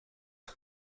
von